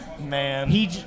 Man